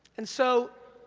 and so,